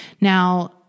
Now